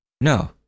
no